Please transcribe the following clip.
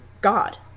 God